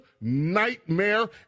nightmare